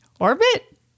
Orbit